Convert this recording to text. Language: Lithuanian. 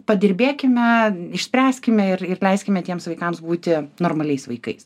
padirbėkime išspręskime ir ir leiskime tiems vaikams būti normaliais vaikais